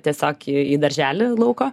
tiesiog į į darželį lauko